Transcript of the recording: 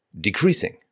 decreasing